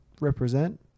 Represent